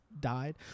died